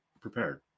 prepared